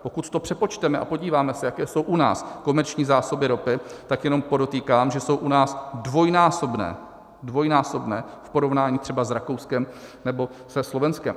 Pokud to přepočteme a podíváme se, jaké jsou u nás komerční zásoby ropy, tak jenom podotýkám, že jsou u nás dvojnásobné, dvojnásobné v porovnání třeba s Rakouskem nebo se Slovenskem.